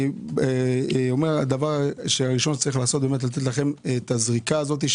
אני אומר שדבר ראשון שצריך לעשות זה לתת לכם את הזריקה הזאת,